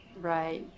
right